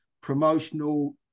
promotional